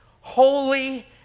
holy